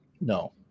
No